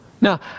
Now